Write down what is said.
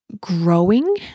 growing